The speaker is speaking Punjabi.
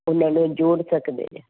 ਉਹਨਾਂ ਨੂੰ ਜੋੜ ਸਕਦੇ ਹਾਂ